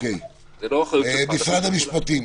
משרד המשפטים.